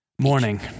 Morning